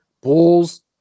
Bulls